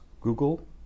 Google